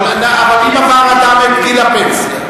אבל אם עבר אדם את גיל הפנסיה.